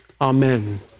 Amen